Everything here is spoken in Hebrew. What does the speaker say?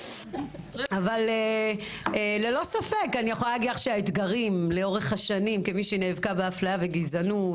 אבל ללא ספק שהאתגרים לאורך השנים כמי שנאבקה באפליה וגזענות.